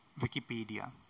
Wikipedia